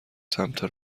سمت